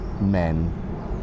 men